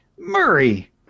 murray